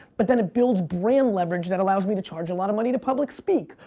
but then it builds brand leverage that allows me to charge a lot of money to public speak,